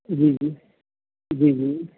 ਜੀ ਜੀ ਜੀ